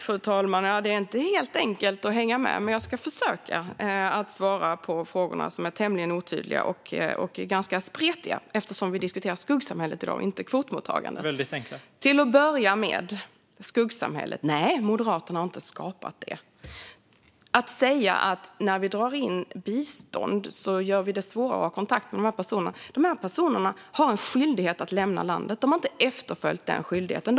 Fru talman! Det är inte helt enkelt att hänga med. Men jag ska försöka att svara på frågorna, som är tämligen otydliga och ganska spretiga. Vi diskuterar i dag skuggsamhället och inte kvotmottagandet. : Det är väldigt enkla frågor.) Jag tar till att börja med upp frågan om skuggsamhället. Nej, Moderaterna har inte skapat det. Det sägs att vi genom att dra in bistånd gör det svårare att ha kontakt med de här personerna. De här personerna har en skyldighet att lämna landet. De har inte efterföljt den skyldigheten.